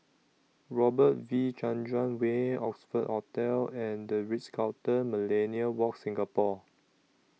Robert V Chandran Way Oxford Hotel and The Ritz Carlton Millenia Walk Singapore